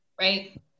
right